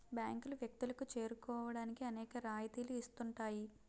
బ్యాంకులు వ్యక్తులకు చేరువవడానికి అనేక రాయితీలు ఇస్తుంటాయి